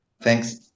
Thanks